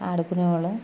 ఆడుకునే వాళ్ళం